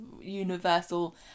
universal